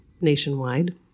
nationwide